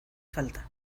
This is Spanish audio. falta